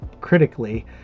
critically